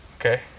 Okay